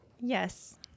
yes